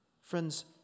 Friends